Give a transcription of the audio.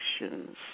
actions